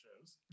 shows